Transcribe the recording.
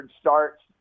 starts